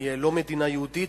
נהיה לא מדינה יהודית,